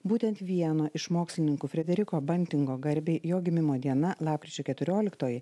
būtent vieno iš mokslininkų frederiko bantingo garbei jo gimimo diena lapkričio keturioliktoji